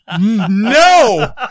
No